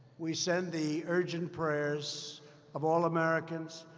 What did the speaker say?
we send the urgent prayers of all americans.